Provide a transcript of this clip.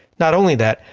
not only that,